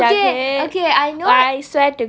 okay okay I know